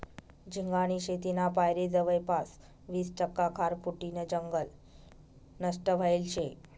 झिंगानी शेतीना पायरे जवयपास वीस टक्का खारफुटीनं जंगल नष्ट व्हयेल शे